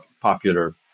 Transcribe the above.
popular